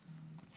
נוכח.